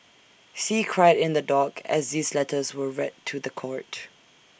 see cried in the dock as these letters were read to The Court